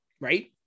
right